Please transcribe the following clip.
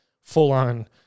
full-on